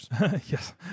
Yes